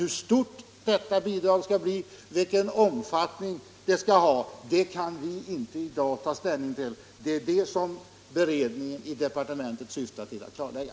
Hur stort detta bidrag skall bli och vilken omfattning det skall ha kan vi i dag inte ta ställning till — det är detta som beredningen i departementet syftar till att klarlägga.